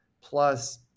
plus